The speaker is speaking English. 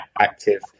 active